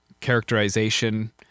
characterization